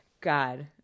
God